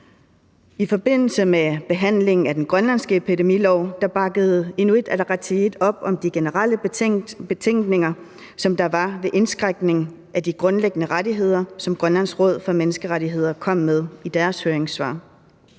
I forbindelse med behandlingen af den grønlandske epidemilov bakkede Inuit Ataqatigiit op om de generelle betænkninger, som der var ved en indskrænkning af de grundlæggende rettigheder, som Grønlands Råd for Menneskerettigheder kom med i deres høringssvar,